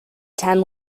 ten